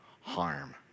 harm